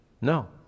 No